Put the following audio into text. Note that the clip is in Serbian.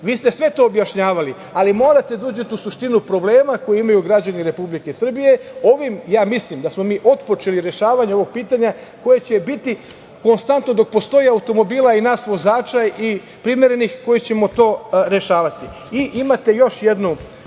Vi ste sve to objašnjavali, ali morate da uđete u suštini problema koju imaju građani Republike Srbije. Ovim ja mislim da smo otpočeli rešavanje ovog pitanja koje će biti konstantno dok postoje automobili nas vozača primerenih koji ćemo to rešavati. Imate još jednu